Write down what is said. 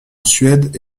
suède